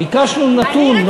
ביקשנו נתון.